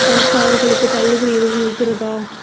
பழச்சாறுகளுக்கு தள்ளுபடி எதுவும் இருக்கிறதா